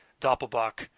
Doppelbach